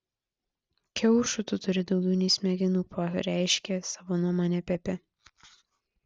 kiaušų tu turi daugiau nei smegenų pareiškė savo nuomonę pepė